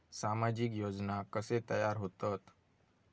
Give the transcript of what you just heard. सामाजिक योजना कसे तयार होतत?